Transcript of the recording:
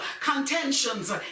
contentions